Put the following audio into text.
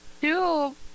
Two